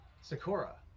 Sakura